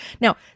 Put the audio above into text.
now